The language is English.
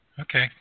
okay